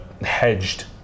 hedged